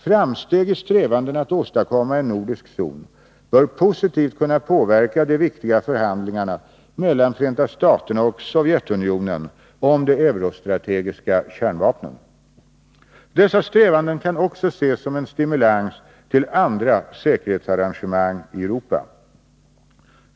Framsteg i strävandena att åstadkomma en nordisk zon bör positivt kunna påverka de viktiga förhandlingarna mellan Förenta staterna och Sovjetunionen om de eurostrategiska kärnvapnen. Dessa strävanden kan också ses som en stimulans till andra säkerhetsarrangemang i Europa.